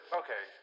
okay